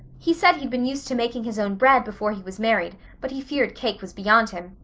he said he'd been used to making his own bread before he was married but he feared cake was beyond him,